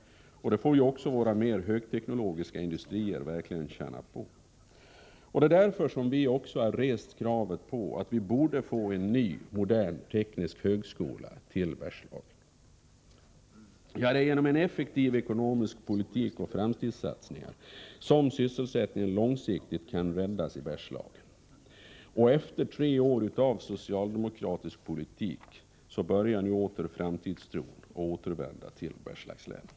Det får också våra mer högteknologiska industrier verkligen känna på. Därför har vi rest kravet på att få en ny, modern teknisk högskola till Bergslagen. Det är genom en effektiv ekonomisk politik och genom framtidssatsningar som sysselsättningen långsiktigt kan räddas i Bergslagen. Efter tre år av socialdemokratisk politik börjar nu framtidstron att återvända till Bergslagslänen.